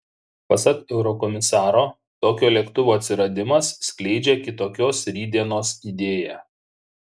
pasak eurokomisaro tokio lėktuvo atsiradimas skleidžia kitokios rytdienos idėją